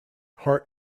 heart